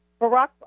Barack